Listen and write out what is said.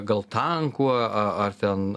gal tankų a ar ten